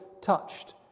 touched